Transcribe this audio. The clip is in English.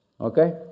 okay